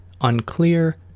unclear